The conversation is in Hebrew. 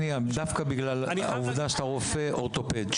דווקא בגלל העובדה שאתה רופא אורתופד.